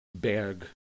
Berg